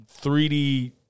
3D